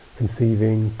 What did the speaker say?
conceiving